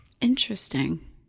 Interesting